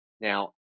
Now